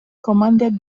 commanded